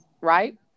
right